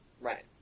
Right